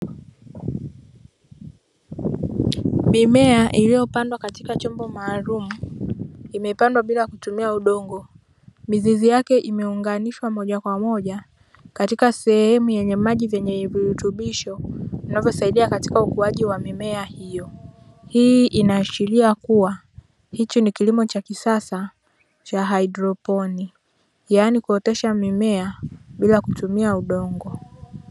Mimea iliyopandwa katika chombo maalumu imepandwa bila kutumia udongo, mizizi yake imeunganishwa moja kwa moja katika sehemu yenye maji yenye virutubisho vinavyosaidia katika ukuaji wa mimea hiyo, hii inaashiria kuwa hiki ni kilimo cha kisasa cha haidroponi yaani kuotesha mimea bila kutumia udongo.